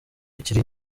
bikiri